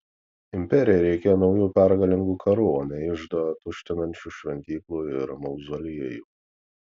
imperijai reikėjo naujų pergalingų karų o ne iždą tuštinančių šventyklų ir mauzoliejų